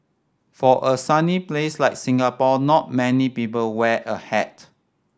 for a sunny place like Singapore not many people wear a hat